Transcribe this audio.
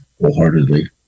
wholeheartedly